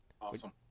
Awesome